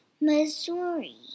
Missouri